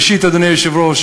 ראשית, אדוני היושב-ראש,